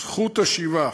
זכות השיבה,